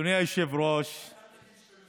אדוני היושב-ראש, רק אל תגיד: